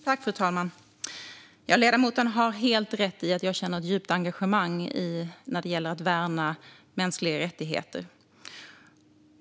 Fru talman! Ledamoten har helt rätt i att jag känner ett djupt engagemang när det gäller att värna mänskliga rättigheter.